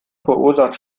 verursacht